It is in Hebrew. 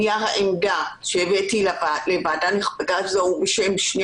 נייר העמדה שהבאתי לוועדה נכבדה זו הוא בשם שני